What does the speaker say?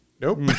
nope